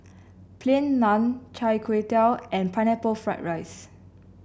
Plain Naan Chai Tow Kway and Pineapple Fried Rice